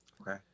okay